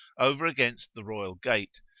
over against the royal gate,